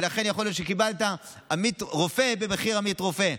ולכן יכול להיות שקיבלת רופא במחיר עמית רופא,